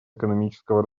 экономического